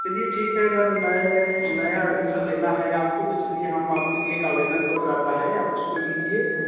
चलिए ठीक है अगर नए नया एडमिशन लेना है आपको तो चलिए हम आपके लिए एक आवेदन पत्र आता है आप उसको लीजिए